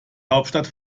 hauptstadt